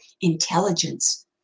intelligence